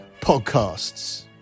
podcasts